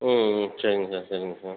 ம் ம் சரிங்க சார் சரிங்க சார்